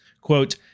Quote